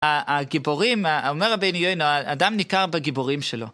הגיבורים, אומר רבנו יונה , אדם ניכר בגיבורים שלו.